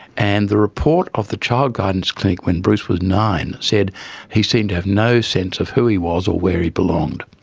and the report of the child guidance clinic when bruce was nine said he seemed to have no sense of who he was or where he belonged.